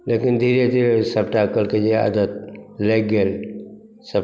लेकिन धीरे धीरे सभटा कहलकै जे आदत लागि गेल सभ